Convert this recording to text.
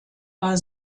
war